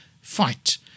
Fight